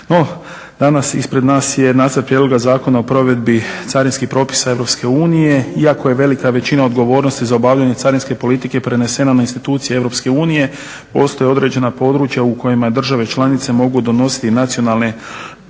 No, danas ispred nas je Nacrt prijedlog Zakona o provedbi carinskih propisa Europske unije, iako je velika veličina odgovornosti za obavljanje carinske politike prenesena na institucije Europske unije, postoje određena područja u kojima države članice mogu donositi nacionalne